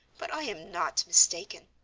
but i am not mistaken.